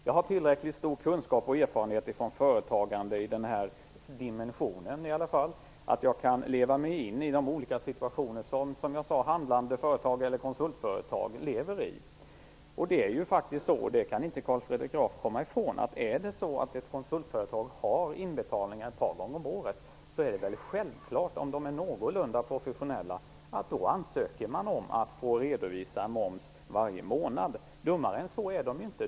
Jag har tillräckligt stora kunskaper och erfarenheter från företagande i den här dimensionen för att kunna leva mig in i de olika situationer som handlande företag eller konsultföretag lever i. Carl Fredrik Graf kan inte komma ifrån att om ett konsultföretag har inbetalningar ett par gånger om året är det självklart att de ansöker om att få redovisa moms varje månad om de är någorlunda professionella. Dummare än så är de inte.